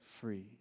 free